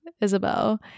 Isabel